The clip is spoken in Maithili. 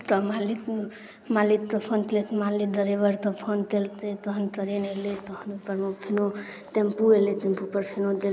तऽ मालिक मालिकके फोन केलिए तऽ मालिक ड्राइवरके फोन केलकै तहन ट्रेन अएलै तहन से लोक केओ टेम्पुओ अएलै टेम्पोपर सेहो गेलै